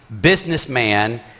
businessman